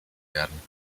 werden